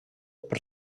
per